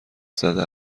زده